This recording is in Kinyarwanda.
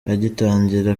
agitangira